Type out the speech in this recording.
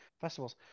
festivals